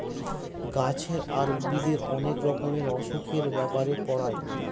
গাছের আর উদ্ভিদের অনেক রকমের অসুখের ব্যাপারে পড়ায়